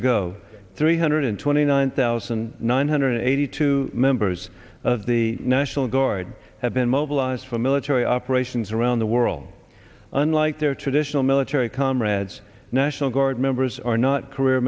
ago three hundred twenty nine thousand nine hundred eighty two members of the national guard have been mobilized for military operations around the world unlike their traditional military comrades national guard members are not career